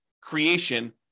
creation